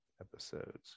episodes